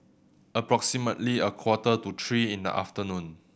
approximately a quarter to three in the afternoon